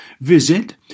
Visit